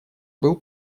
был